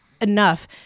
enough